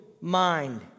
mind